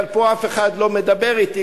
אבל פה אף אחד לא מדבר אתי,